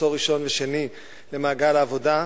עשור ראשון ושני למעגל העבודה,